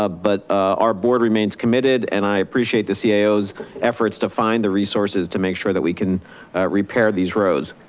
ah but our board remains committed and i appreciate the yeah cio's efforts to find the resources to make sure that we can repair these roads.